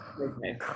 Okay